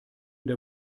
der